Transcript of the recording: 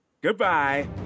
Goodbye